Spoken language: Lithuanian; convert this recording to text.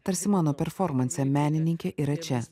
tarsi mano performanse menininkė yra čia